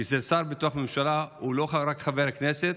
כשר בממשלה שהוא לא רק חבר כנסת.